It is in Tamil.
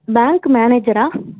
பேங்க்கு மேனேஜரா